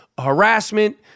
harassment